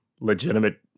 legitimate